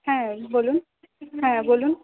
হ্যাঁ বলুন হ্যাঁ বলুন